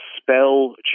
spell